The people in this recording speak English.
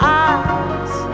eyes